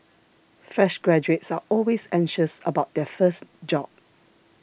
fresh graduates are always anxious about their first job